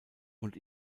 und